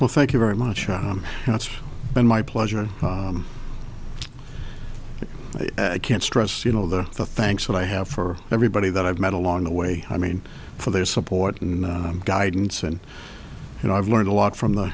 well thank you very much and it's been my pleasure i can't stress you know the thanks that i have for everybody that i've met along the way i mean for their support and guidance and you know i've learned a lot from the